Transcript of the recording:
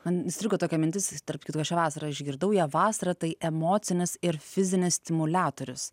man įstrigo tokia mintis tarp kitko aš šią vasarą išgirdau ją vasara tai emocinis ir fizinis stimuliatorius